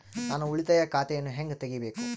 ನಾನು ಉಳಿತಾಯ ಖಾತೆಯನ್ನು ಹೆಂಗ್ ತಗಿಬೇಕು?